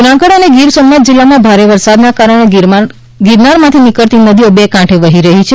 જુનાગઢ અને ગીરસોમનાથ જિલ્લામાં ભારે વરસાદના કારણે ગિરનારમાંથી નીકળતી નદીઓ બે કાંઠે વહી રહી છે